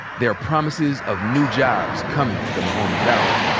there are promises of new jobs coming to the mahoning valley.